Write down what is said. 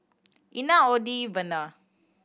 Ina Odie Werner